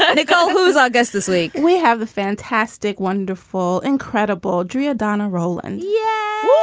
ah nicole who's our guest this week we have a fantastic wonderful incredible drea donna roland yeah